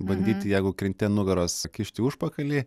bandyti jeigu krinti nugaras įkišti užpakalį